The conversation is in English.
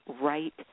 right